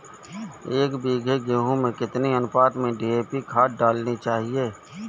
एक बीघे गेहूँ में कितनी अनुपात में डी.ए.पी खाद डालनी चाहिए?